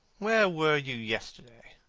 where were you yesterday?